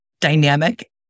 dynamic